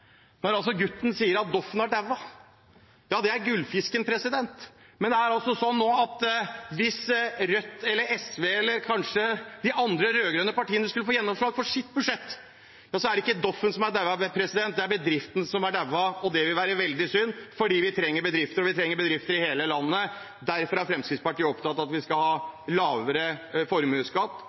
når gutten sier «Doffen har daua» – gullfisken. Men hvis Rødt eller SV, eller kanskje de andre rød-grønne partiene, skulle få gjennomslag for sitt budsjett, er det ikke Doffen, men bedriften som har daua. Det vil være veldig synd, for vi trenger bedrifter. Vi trenger bedrifter i hele landet. Fremskrittspartiet er derfor opptatt av at vi skal ha lavere formuesskatt,